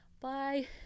bye